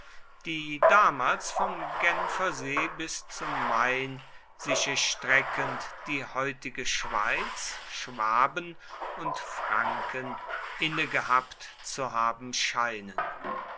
die damals vom genfer see bis zum main sich erstreckend die heutige schweiz schwaben und franken innegehabt zu haben scheinen